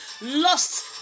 lost